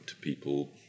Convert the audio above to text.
people